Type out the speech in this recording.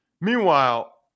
Meanwhile